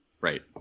Right